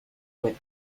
with